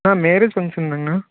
Anna marriage function தான்ங்கண்ணா